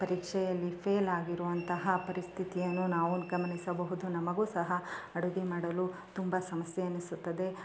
ಪರೀಕ್ಷೆಯಲ್ಲಿ ಫೇಲಾಗಿರುವಂತಹ ಪರಿಸ್ಥಿತಿಯನ್ನು ನಾವು ಗಮನಿಸಬಹುದು ನಮಗು ಸಹ ಅಡುಗೆ ಮಾಡಲು ತುಂಬ ಸಮಸ್ಯೆ ಎನಿಸುತ್ತದೆ